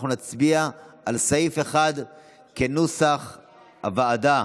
אנחנו נצביע על סעיף 1 כנוסח הוועדה.